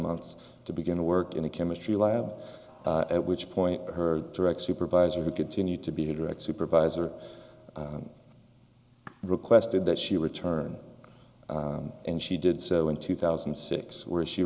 months to begin to work in a chemistry lab at which point her direct supervisor who continued to be a direct supervisor i requested that she return and she did so in two thousand and six where she